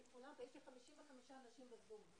כי יש לי 55 אנשים בזום,